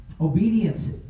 Obedience